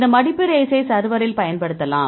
இந்த மடிப்பு ரேசை சர்வரில் பயன்படுத்தலாம்